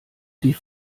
die